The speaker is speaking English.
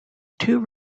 two